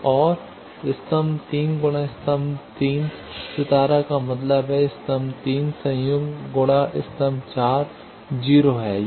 तो और ¿⋅ 0 स्तंभ 3 गुणा स्तंभ 3 सितारा का मतलब है स्तंभ 3 संयुग्म गुणा स्तंभ 4 0 है